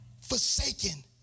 forsaken